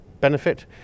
benefit